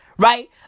Right